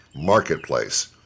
marketplace